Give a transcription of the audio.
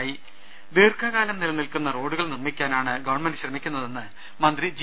് ദീർഘ കാലം നില നിൽക്കുന്ന റോഡുകൾ നിർമ്മിക്കാനാണ് ഗവൺമെന്റ് ശ്രമിക്കുന്നതെന്ന് മന്ത്രി ജി